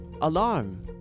alarm